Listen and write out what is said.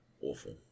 awful